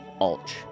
Alch